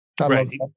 Right